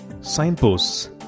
Signposts